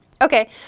Okay